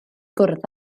gwrdd